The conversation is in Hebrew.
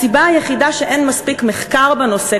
הסיבה היחידה שאין מספיק מחקר בנושא,